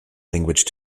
language